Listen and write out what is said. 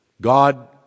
God